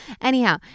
Anyhow